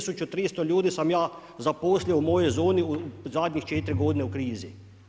1300 ljudi sam ja zaposlio u mojoj zoni, u zadnje 4 g. u krizi.